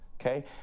Okay